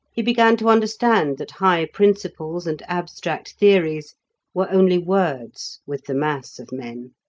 he began to understand that high principles and abstract theories were only words with the mass of men.